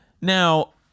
Now